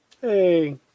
Hey